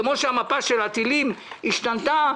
כפי שהמפה של הטילים השתנתה,